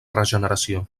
regeneració